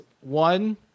one